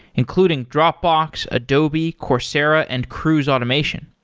including dropbox, adobe, coursera and cruise automation.